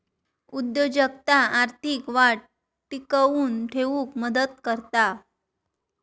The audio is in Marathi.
उद्योजकता आर्थिक वाढ टिकवून ठेउक मदत करता